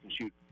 shoot